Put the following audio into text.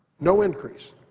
no increase.